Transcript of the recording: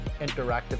interactive